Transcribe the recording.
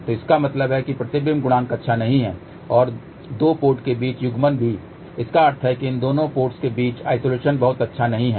तो इसका मतलब है प्रतिबिंब गुणांक अच्छा नहीं है और दो पोर्ट के बीच युग्मन भी है जिसका अर्थ है कि इन दोनों पोर्टस के बीच आइसोलेशन बहुत अच्छा नहीं है